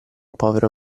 povero